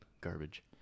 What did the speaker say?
Garbage